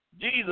Jesus